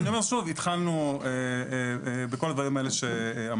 אני אומר שוב, התחלנו בכל הדברים האלה שאמרתי.